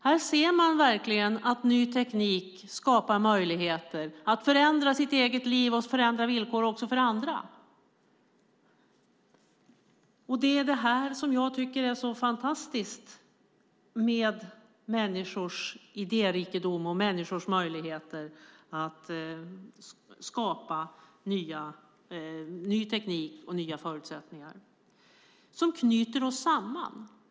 Här ser man verkligen att ny teknik skapar möjligheter att förändra sitt eget liv och förändra villkor också för andra. Det är detta som jag tycker är så fantastiskt med människors idérikedom och människors möjligheter att skapa ny teknik och nya förutsättningar som knyter oss samman.